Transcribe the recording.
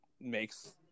makes